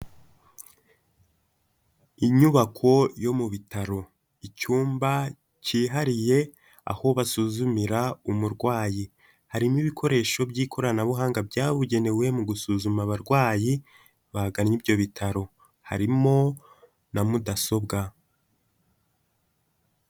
Inyubako yo mu bitaro, icyumba cyihariye aho basuzumira umurwayi, harimo ibikoresho by'ikoranabuhanga byabugenewe mu gusuzuma abarwayi bagannye ibyo bitaro, harimo na mudasobwa